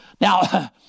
Now